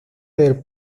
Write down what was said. del